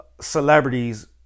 celebrities